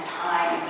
time